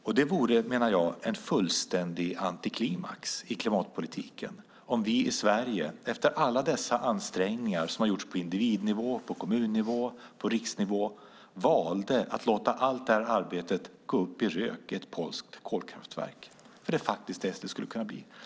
Jag menar att det vore en fullkomlig antiklimax i klimatpolitiken om vi i Sverige efter alla de ansträngningar som har gjorts på individnivå, kommunnivå och riksnivå valde att låta allt detta arbete gå upp i rök i ett polskt kolkraftverk, för det är faktiskt det som skulle kunna bli följden.